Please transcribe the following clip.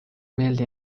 meelde